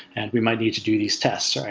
and we might need to do these tests.